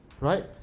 Right